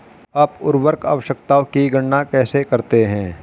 आप उर्वरक आवश्यकताओं की गणना कैसे करते हैं?